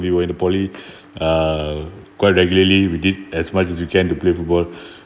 we were at the poly uh quite regularly we did as much as you can to play football